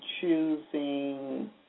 choosing